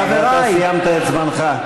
חברי, אתה סיימת את זמנך.